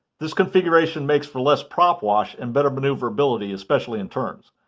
tthis configuration makes for less prop wash and better maneuverability especially in turns.